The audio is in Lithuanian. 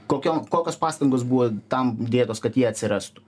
kokio kokios pastangos buvo tam dėtos kad jie atsirastų